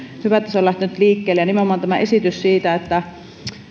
että se on lähtenyt liikkeelle nimenomaan tämä esitys siitä että